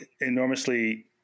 enormously